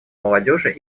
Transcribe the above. молодежи